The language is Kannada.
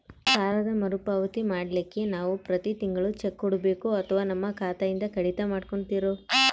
ಸಾಲದ ಮರುಪಾವತಿ ಮಾಡ್ಲಿಕ್ಕೆ ನಾವು ಪ್ರತಿ ತಿಂಗಳು ಚೆಕ್ಕು ಕೊಡಬೇಕೋ ಅಥವಾ ನಮ್ಮ ಖಾತೆಯಿಂದನೆ ಕಡಿತ ಮಾಡ್ಕೊತಿರೋ?